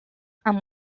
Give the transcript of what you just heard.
and